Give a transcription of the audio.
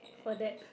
for that